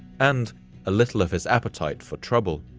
and a little of his appetite for trouble.